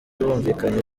bumvikanye